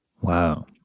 Wow